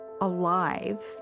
alive